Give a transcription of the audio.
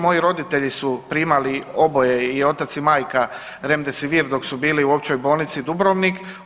Moji roditelji su primali oboje i otac i majka Remdesivir dok su bili u Općoj bolnici Dubrovnik.